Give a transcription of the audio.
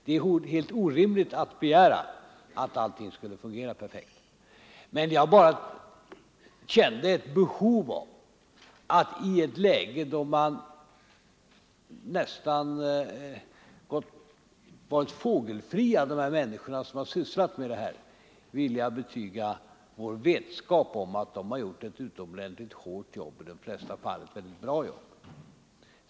Det är helt orimligt att begära att allting skulle ha fungerat perfekt. Jag kände bara ett behov av att i ett läge, då dessa människor nästan var fågelfria, betyga vår vetskap om att de utfört ett utomordentligt bra arbete.